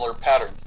pattern